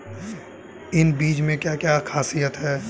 इन बीज में क्या क्या ख़ासियत है?